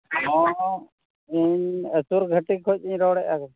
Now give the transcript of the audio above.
ᱦᱮᱸ ᱤᱧ ᱟᱹᱪᱩᱨᱜᱷᱟᱹᱴᱤ ᱠᱷᱚᱱᱤᱧ ᱨᱚᱲᱮᱫᱼᱟ